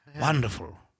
Wonderful